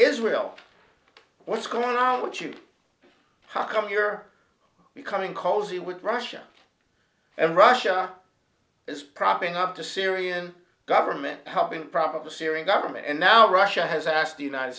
israel up what's going on but you know how come you're becoming cozy with russia and russia is propping up the syrian government helping probably syrian government and now russia has asked the united